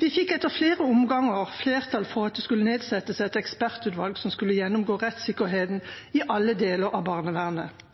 Vi fikk etter flere omganger flertall for at det skulle nedsettes et ekspertutvalg som skulle gjennomgå rettssikkerheten i alle deler av barnevernet.